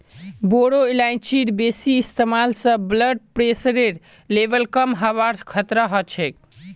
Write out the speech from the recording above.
बोरो इलायचीर बेसी इस्तमाल स ब्लड प्रेशरेर लेवल कम हबार खतरा ह छेक